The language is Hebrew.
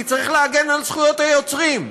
כי צריך להגן על זכויות היוצרים.